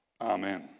Amen